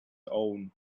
own